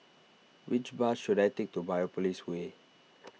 which bus should I take to Biopolis Way